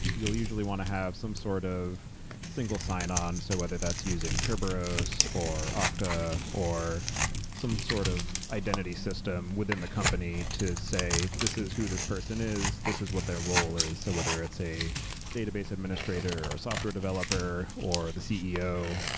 you'll usually want to have some sort of single sign-on. so whether that's using kerberos, or octa, or some sort of identity system within the company to say, this is who this person is. this is what their role is, so whether it's a database administrator, or a software developer, or the ceo.